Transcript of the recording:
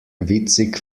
witzig